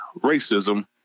racism